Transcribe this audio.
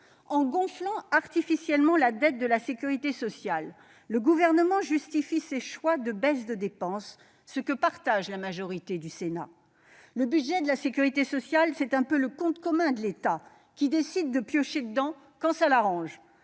En gonflant artificiellement la dette de la sécurité sociale, le Gouvernement justifie ses choix de baisse de dépenses, auxquels adhère la majorité du Sénat. Le budget de la sécurité sociale, c'est un peu devenu le compte commun de l'État, qui décide de piocher dedans quand ça l'arrange,